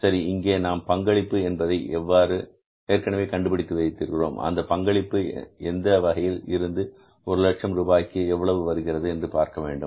சரி இங்கே நாம் பங்களிப்பு என்பதை ஏற்கனவே கண்டுபிடித்து வைத்திருக்கிறோம் அந்த பங்களிப்பு எந்த தொகையில் இருந்து ஒரு லட்ச ரூபாய் விற்பனைக்கு எவ்வளவு வருகிறது என்று பார்க்க வேண்டும்